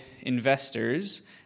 Investors